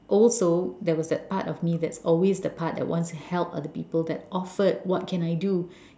also there was that part of me that's always the part that wants to help other people that offered what can I do